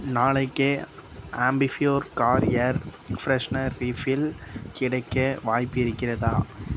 நாளைக்கே Ambi Pur car air freshener refill கிடைக்க வாய்ப்பு இருக்கிறதா